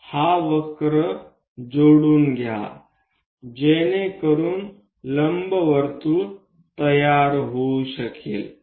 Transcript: हा वक्र जोडून घ्या जेणेकरुन लंबवर्तुळ तयार होऊ शकेल